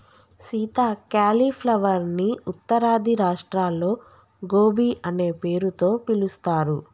Sita cauliflower ని ఉత్తరాది రాష్ట్రాల్లో గోబీ అనే పేరుతో పిలుస్తారు